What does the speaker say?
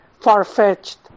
far-fetched